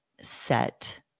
set